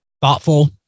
thoughtful